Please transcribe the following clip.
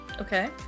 okay